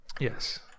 Yes